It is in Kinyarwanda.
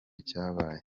cyabaye